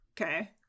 Okay